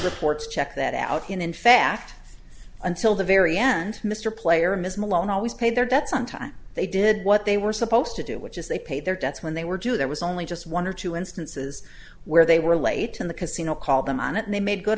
reports check that out in fact until the very end mr player ms malone always pay their debts on time they did what they were supposed to do which is they pay their debts when they were due there was only just one or two instances where they were late in the casino called them on it and they made good